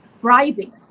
bribing